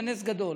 זה נס גדול.